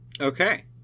Okay